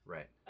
Right